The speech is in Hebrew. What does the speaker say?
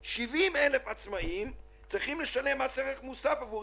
70,000 עצמאיים צריכים לשלם מס ערך מוסף עבור